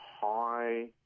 high